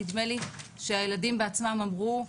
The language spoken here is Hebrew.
נדמה לי שהילדים בעצמם אמרו,